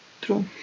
True